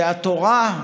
שהתורה,